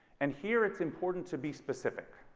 and here it's important to be specific.